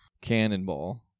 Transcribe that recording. Cannonball